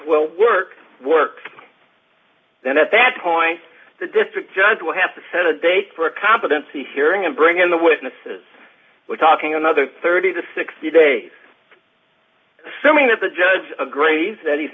will work work and at that point the district judge will have to set a date for a competency hearing and bring in the witnesses we're talking another thirty to sixty days so mean that the judge agrees that he's